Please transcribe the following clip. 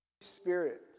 Spirit